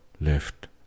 left